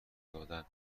دادن